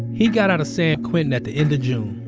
he got out of san quentin at the end of june